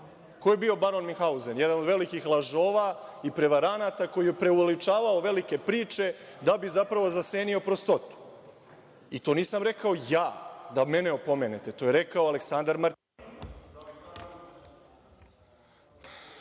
Ko je bio Baron Minhauzen? Jedan od velikih lažova i prevaranata koji je preuveličavao velike priče da bi zapravo zasenio prostotu. To nisam rekao ja, da mene opomenete, to je rekao Aleksandar Martinović